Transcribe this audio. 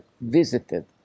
visited